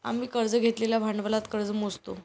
आम्ही कर्ज घेतलेल्या भांडवलात कर्ज मोजतो